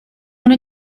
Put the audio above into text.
want